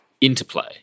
Interplay